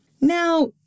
Now